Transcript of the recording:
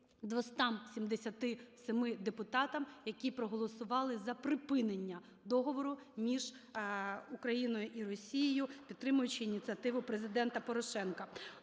277 депутатам, які проголосували за припинення Договору між Україною і Росією, підтримуючи ініціативу Президента Порошенка.